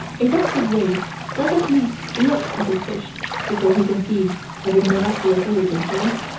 a dr. gray does at least look at a fish before he conceives of a miraculous origin for it.